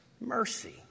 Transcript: mercy